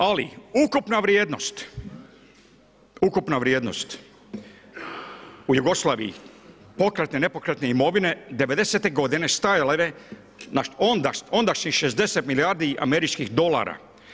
Ali, ukupna vrijednost ukupna vrijednost, u Jugoslaviji, pokretne i nepokretne imovine, '90. g. stajala je na ondašnjih 60 milijardi američkih dolara.